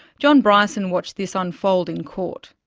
john bryson watched this unfold in court.